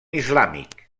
islàmic